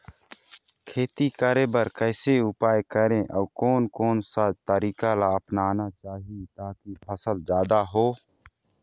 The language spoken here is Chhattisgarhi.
खेती करें बर कैसे उपाय करें अउ कोन कौन सा तरीका ला अपनाना चाही ताकि फसल जादा हो?